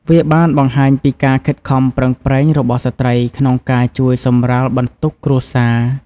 វាបានបង្ហាញពីការខិតខំប្រឹងប្រែងរបស់ស្ត្រីក្នុងការជួយសម្រាលបន្ទុកគ្រួសារ។